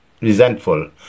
resentful